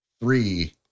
three